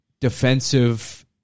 defensive